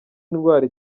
indwara